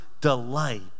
delight